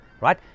right